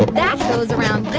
that goes around that